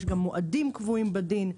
יש גם מועדים קבועים בדין.